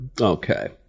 Okay